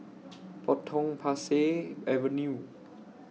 Potong Pasir Avenue